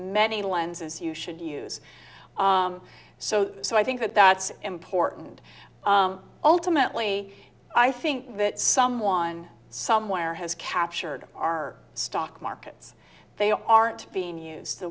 many lenses you should use so so i think that that's important ultimately i think that someone somewhere has captured our stock markets they aren't being used the